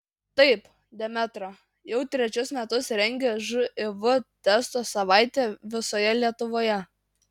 taip demetra jau trečius metus rengia živ testo savaitę visoje lietuvoje